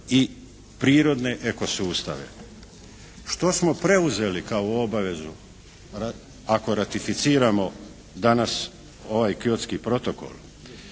i prirodne ekosustave. Što smo preuzeli kao obavezu ako ratificiramo danas ovaj Kyotski protokol?